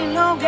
no